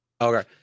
okay